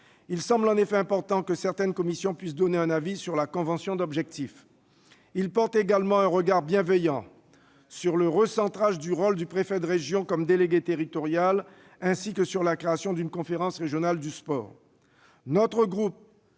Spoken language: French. Il semble en effet important que certaines commissions puissent donner un avis sur la convention d'objectifs. Ils portent également un regard bienveillant sur le recentrage du rôle du préfet de région comme délégué territorial ainsi que sur la création d'une conférence régionale du sport.